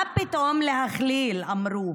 מה פתאום להכליל, אמרו.